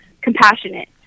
compassionate